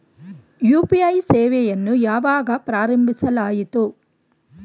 UPI ಸೇವೆಯನ್ನು ಯಾವಾಗ ಪ್ರಾರಂಭಿಸಲಾಯಿತು?